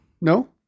No